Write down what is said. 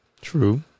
true